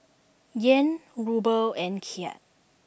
Yen Ruble and Kyat